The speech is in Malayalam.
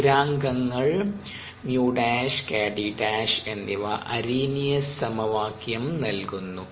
സ്ഥിരാങ്കങ്ങൾ 𝜇′ 𝑘𝑑′ എന്നിവ അർഹെനിയസ് സമവാക്യം നൽകുന്നു